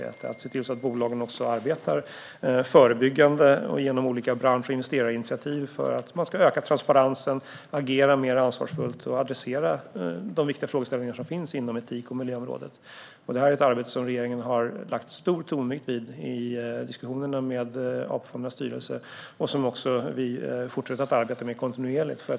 Det gäller att se till att bolagen arbetar förebyggande och genom olika bransch och investerarinitiativ för att man ska öka transparensen, agera mer ansvarsfullt och adressera de viktiga frågeställningar som finns inom etik och miljöområdet. Detta är ett arbete som regeringen har lagt stor tonvikt vid i diskussionerna med AP-fondernas styrelse och som vi fortsätter att arbeta med kontinuerligt.